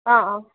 ஆ ஆ